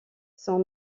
son